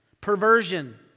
perversion